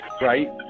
Right